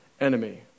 enemy